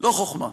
לא חוכמה.